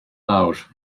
lawr